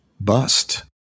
bust